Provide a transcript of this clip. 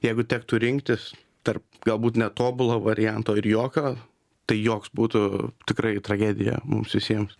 jeigu tektų rinktis tarp galbūt netobulo varianto ir jokio tai joks būtų tikrai tragedija mums visiems